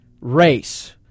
race